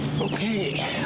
Okay